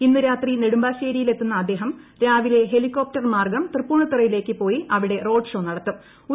ഇന്ന് രാത്രി ഉണ്ട്ടുമ്പാശ്ശേരിയിലെത്തുന്ന അദ്ദേഹം രാവിലെ ഹെലികോപ്റ്റർ മ്മൂർഗ്ഗം തൃപ്പുണിത്തുറയിലേക്ക് പോയി അവിടെ റോഡ് ഷോ നട്ടത്തൂം